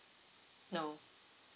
no